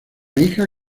hija